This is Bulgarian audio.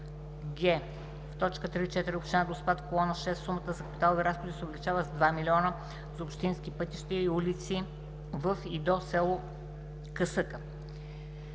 г) В т. 3.4 Община Доспат в колона 6 сумата за капиталови разходи се увеличава с 2 млн. лв. – за общински пътища и улици във и до село Касъка.